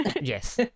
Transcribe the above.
Yes